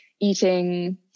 eating